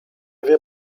wie